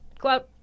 Quote